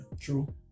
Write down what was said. true